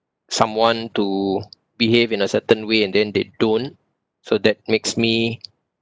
someone to behave in a certain way and then they don't so that makes me